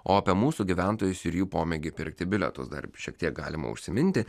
o apie mūsų gyventojus ir jų pomėgį pirkti bilietus dar šiek tiek galima užsiminti